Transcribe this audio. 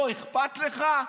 לא אכפת לך?